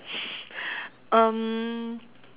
um